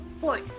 Fourth